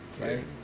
Right